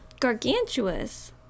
gargantuous